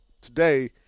today